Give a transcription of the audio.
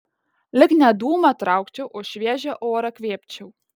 lyg ne dūmą traukčiau o šviežią orą kvėpčiau